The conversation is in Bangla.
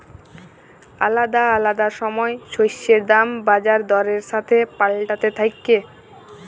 আলাদা আলাদা সময় শস্যের দাম বাজার দরের সাথে পাল্টাতে থাক্যে